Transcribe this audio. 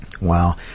Wow